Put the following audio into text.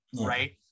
right